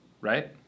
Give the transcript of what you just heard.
Right